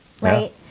right